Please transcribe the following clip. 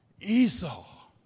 Esau